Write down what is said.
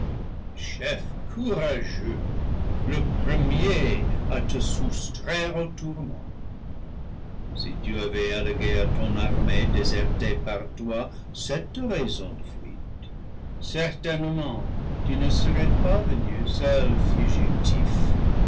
courageux le premier à te soustraire aux tourments si tu avais allégué à ton armée désertée par toi cette raison de fuite certainement tu ne serais pas venu seul fugitif